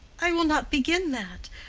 i will not begin that.